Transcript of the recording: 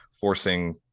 forcing